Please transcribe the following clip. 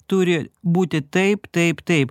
turi būti taip taip taip